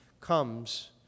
comes